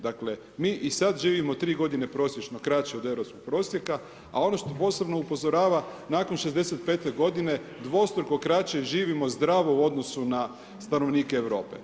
Dakle mi i sad živimo 3 godine prosječno kraćeno od europskog prosjeka, a ono što posebno upozorava, nakon 65. godine dvostruko kraće živimo zdravo u odnosu na stanovnike Europe.